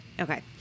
Okay